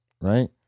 right